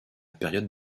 période